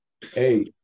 Hey